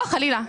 לא, חלילה.